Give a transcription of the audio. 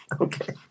Okay